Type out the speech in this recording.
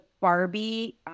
Barbie